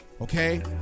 okay